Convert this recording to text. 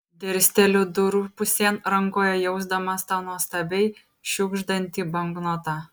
dirsteliu durų pusėn rankoje jausdamas tą nuostabiai šiugždantį banknotą